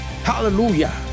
Hallelujah